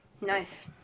Nice